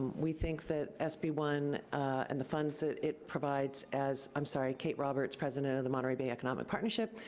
we think that sb one and the funds that it provides, as i'm sorry kate roberts, president of the monterey bay economic partnership,